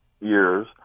years